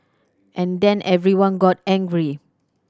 and then everyone got angry